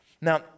Now